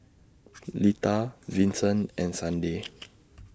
Lita Vincent and Sunday